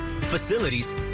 facilities